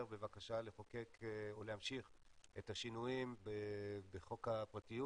בבקשה לחוקק או להמשיך את השינויים בחוק הפרטיות.